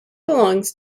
belongs